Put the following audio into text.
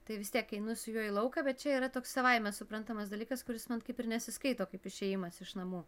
tai vis tiek einu su juo į lauką bet čia yra toks savaime suprantamas dalykas kuris man kaip ir nesiskaito kaip išėjimas iš namų